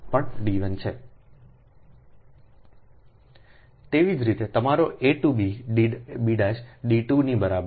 તેવી જ રીતે તમારી a to b d2 ની બરાબર છે